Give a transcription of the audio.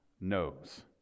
knows